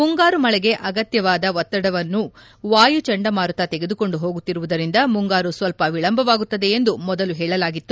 ಮುಂಗಾರು ಮಳೆಗೆ ಅಗತ್ಜವಾದ ಒತ್ತಡವನ್ನು ವಾಯು ಚಂಡಮಾರುತ ತೆಗೆದುಕೊಂಡು ಹೋಗುತ್ತಿರುವುದರಿಂದ ಮುಂಗಾರು ಸ್ವಲ್ಪ ವಿಳಂಬವಾಗುತ್ತದೆ ಎಂದು ಮೊದಲು ಹೇಳಲಾಗಿತ್ತು